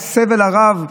הסבל הרב,